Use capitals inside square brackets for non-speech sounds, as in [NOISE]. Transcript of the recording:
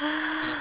[BREATH]